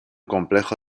complejo